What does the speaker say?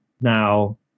Now